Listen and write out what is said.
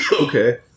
Okay